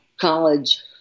college